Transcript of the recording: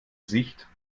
sicht